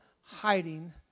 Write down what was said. hiding